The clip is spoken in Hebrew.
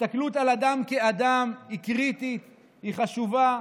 ההסתכלות על אדם כאדם היא קריטית והיא חשובה.